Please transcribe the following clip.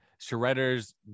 Shredder's